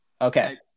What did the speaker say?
Okay